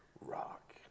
rock